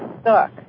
stuck